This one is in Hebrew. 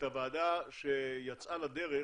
הוועדה שיצאה לדרך